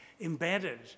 embedded